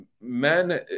Men